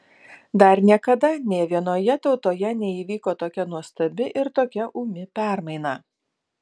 dar niekada nė vienoje tautoje neįvyko tokia nuostabi ir tokia ūmi permaina